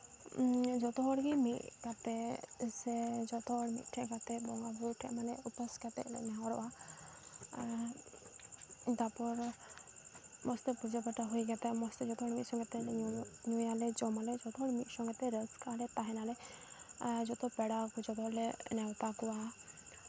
ᱡᱚᱛᱚᱦᱚᱲ ᱜᱮ ᱢᱤᱫ ᱠᱟᱛᱮᱫ ᱥᱮ ᱡᱚᱛᱚ ᱦᱚᱲ ᱢᱤᱫ ᱴᱷᱮᱡ ᱠᱟᱛᱮᱫ ᱵᱚᱸᱜᱟᱼᱵᱳᱨᱳ ᱴᱷᱮᱡ ᱢᱟᱱᱮ ᱩᱯᱟᱹᱥ ᱠᱟᱛᱮᱫ ᱞᱮ ᱱᱮᱦᱚᱨᱚᱜᱼᱟ ᱟᱨ ᱛᱟᱨᱯᱚᱨ ᱢᱚᱡᱽ ᱛᱮ ᱯᱩᱡᱟᱹ ᱯᱟᱴᱟ ᱦᱩᱭ ᱠᱟᱛᱮᱫ ᱢᱚᱡᱽ ᱛᱮ ᱡᱚᱛᱚ ᱦᱚᱲ ᱢᱤᱫ ᱥᱚᱝᱜᱮ ᱛᱮ ᱧᱩᱭᱟᱞᱮ ᱡᱚᱢ ᱟᱞᱮ ᱡᱚᱛᱚ ᱢᱤᱫ ᱥᱚᱝᱜᱮ ᱛᱮ ᱨᱟᱹᱥᱠᱟᱹᱜ ᱟᱞᱮ ᱛᱟᱦᱮᱱᱟᱞᱮ ᱟᱨ ᱡᱚᱛᱚ ᱯᱮᱲᱟ ᱠᱚᱞᱮ ᱱᱮᱣᱛᱟ ᱠᱚᱣᱟ